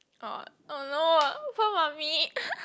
oh no find mummy